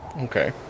Okay